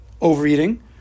overeating